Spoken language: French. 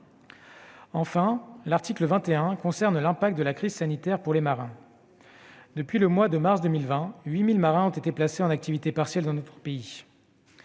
part, l'article 21 concerne l'impact de la crise sanitaire pour les marins. Depuis le mois de mars 2020, près de 8 000 marins ont été placés en activité partielle dans notre pays.